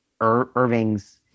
irving's